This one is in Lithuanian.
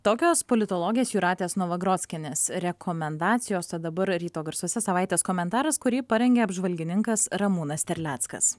tokios politologės jūratės novagrockienės rekomendacijos o dabar ryto garsuose savaitės komentaras kurį parengė apžvalgininkas ramūnas terleckas